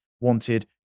wanted